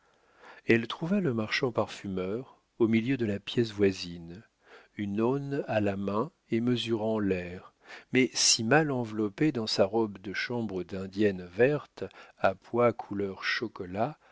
elle trouva le marchand parfumeur au milieu de la pièce voisine une aune à la main et mesurant l'air mais si mal enveloppé dans sa robe de chambre d'indienne verte à pois couleur chocolat